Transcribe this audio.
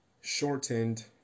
shortened